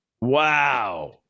Wow